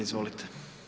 Izvolite.